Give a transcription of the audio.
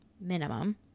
minimum